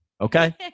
okay